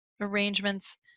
arrangements